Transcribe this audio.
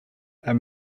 are